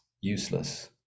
useless